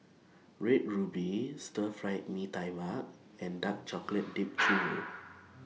Red Ruby Stir Fried Mee Tai Mak and Dark Chocolate Dipped Churro